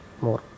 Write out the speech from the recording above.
more